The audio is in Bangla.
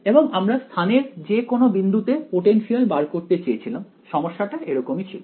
এবং আমরা স্থানের যে কোন বিন্দুতে পোটেনশিয়াল বার করতে চেয়েছিলাম সমস্যাটা এরকমই ছিল